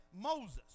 Moses